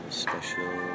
special